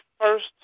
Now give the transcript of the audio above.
first